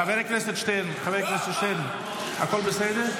דבר שני, אי-אפשר.